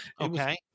Okay